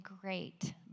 great